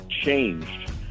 changed